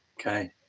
okay